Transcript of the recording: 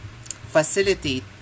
facilitate